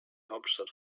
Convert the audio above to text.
hauptstadt